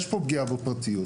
יש כאן פגיעה בפרטיות.